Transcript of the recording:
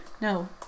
No